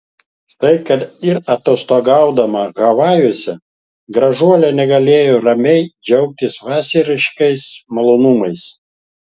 štai kad ir atostogaudama havajuose gražuolė negalėjo ramiai džiaugtis vasariškais malonumais